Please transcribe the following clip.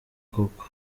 koko